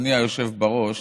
אדוני היושב בראש,